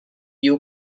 you